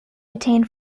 attain